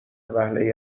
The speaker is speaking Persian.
وهله